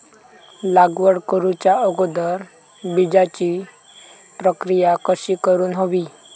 लागवड करूच्या अगोदर बिजाची प्रकिया कशी करून हवी?